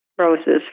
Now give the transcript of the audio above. roses